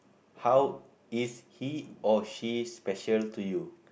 how is he or she special to you